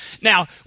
Now